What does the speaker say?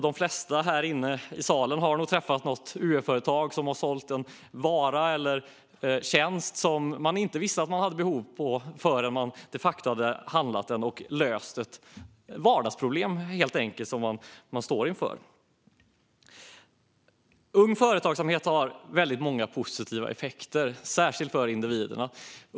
De flesta i denna sal har nog träffat på något UF-företag som har sålt en vara eller en tjänst som man inte visste att man hade behov av förrän man de facto köpt den och löst ett vardagsproblem man stått inför. Ung Företagsamhet har många positiva effekter, särskilt för individerna.